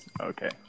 Okay